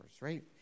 right